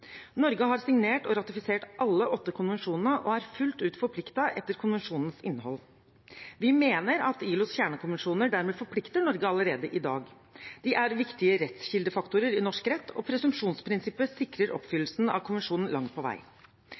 Norge har signert og ratifisert alle åtte konvensjonene og er fullt ut forpliktet etter konvensjonens innhold. Vi mener at ILOs kjernekonvensjoner dermed forplikter Norge allerede i dag. De er viktige rettskildefaktorer i norsk rett, og presumpsjonsprinsippet sikrer oppfyllelsen av konvensjonen langt på vei.